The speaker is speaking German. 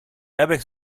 airbags